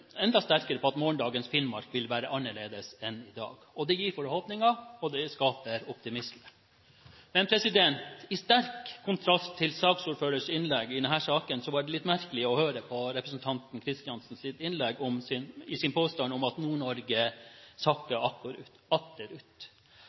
enda sterkere i troen på at morgendagens Finnmark vil være annerledes enn i dag. Det gir forhåpninger, og det skaper optimisme. I sterk kontrast til saksordførerens innlegg i denne saken var det litt merkelig å høre representanten Kristiansens innlegg og hans påstand om at Nord-Norge sakker